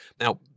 Now